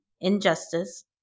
injustice